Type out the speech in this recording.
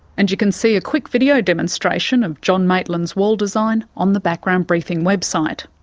and you can see a quick video demonstration of john maitland's wall design on the background briefing website.